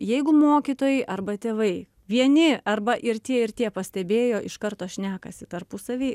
jeigu mokytojai arba tėvai vieni arba ir tie ir tie pastebėjo iš karto šnekasi tarpusavy